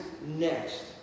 next